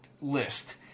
list